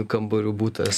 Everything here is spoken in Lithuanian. kambarių butas